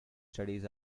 studies